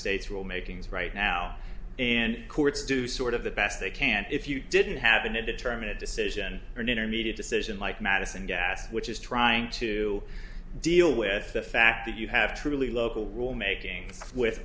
states will make things right now and courts do sort of the best they can if you didn't have an indeterminate decision or an intermediate decision like madison das which is trying to deal with the fact that you have truly local rule making with